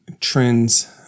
trends